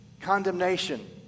condemnation